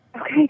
Okay